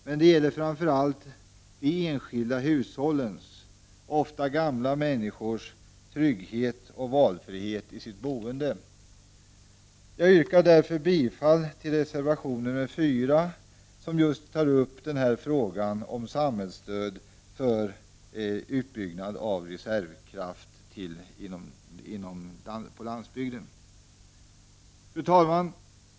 Men det gäller framför allt de enskilda hushållens, ofta gamla människors, trygghet och valfrihet i sitt boende. Jag yrkar därför bifall till reservation 4, som just tar upp denna fråga om samhällsstöd för utbyggnad av reservkraft på landsbygden. Fru talman!